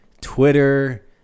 Twitter